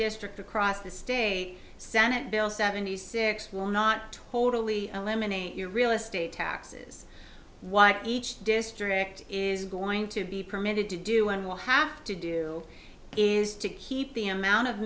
district across the state senate bill seventy six well not totally eliminate your real estate taxes what each district is going to be permitted to do and will have to do is to keep the amount of